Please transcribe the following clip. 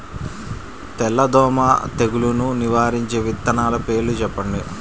తెల్లదోమ తెగులును నివారించే విత్తనాల పేర్లు చెప్పండి?